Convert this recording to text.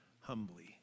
humbly